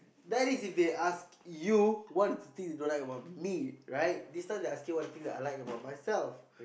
that is if they ask you what is the thing you don't like about me right this time they asking what is the thing I like about myself